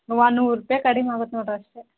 ಅವ್ವಾ ನೂರು ರೂಪಾಯಿ ಕಡಿಮೆ ಆಗುತ್ತೆ ನೋಡಿರಿ ಅಷ್ಟೇ